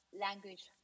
language